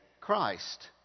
Christ